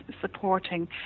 supporting